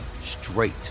straight